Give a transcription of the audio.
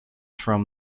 from